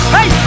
Hey